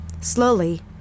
Slowly